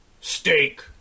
steak